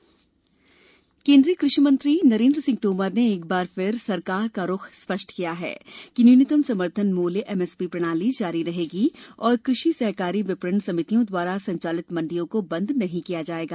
कृषि कानून तोमर केन्द्रीय कृषि मंत्री नरेन्द्र सिंह तोमर ने एक बार फिर सरकार का रूख स्पष्ट किया है कि न्यूनतम समर्थन मूल्य एमएसपी प्रणाली जारी रहेगी और कृषि सहकारी विपणन समितियों दवारा संचालित मंडियों को बंद नहीं किया जाएगा